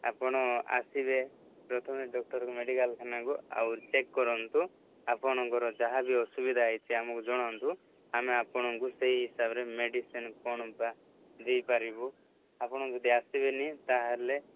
ଆପଣ ଆସିବେ ପ୍ରଥମେ ଡକ୍ଟର୍କୁ ମେଡ଼ିକାଲ ଖାନାକୁ ଆଉ ଚେକ୍ କରନ୍ତୁ ଆପଣଙ୍କର ଯାହାବି ଅସୁବିଧା ହେଇଛି ଆମକୁ ଜଣାନ୍ତୁ ଆମେ ଆପଣଙ୍କୁ ସେଇ ହିସାବରେ ମେଡ଼ିସିନ କ'ଣ ବା ଦେଇପାରିବୁ ଆପଣ ଯଦି ଆସିବେନି ତା'ହେଲେ